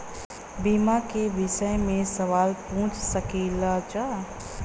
बीमा के विषय मे सवाल पूछ सकीलाजा?